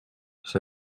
see